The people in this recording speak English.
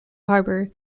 harbour